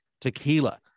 tequila